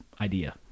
idea